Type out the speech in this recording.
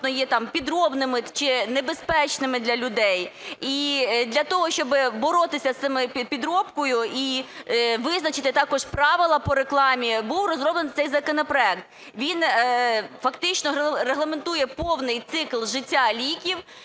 є підробленими чи небезпечними для людей. І для того, щоб боротися з цією підробкою і визначити також правила по рекламі, був розроблений цей законопроект. Він фактично регламентує повний цикл життя ліків,